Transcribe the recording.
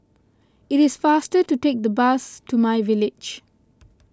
it is faster to take the bus to myVillage